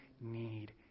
need